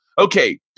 okay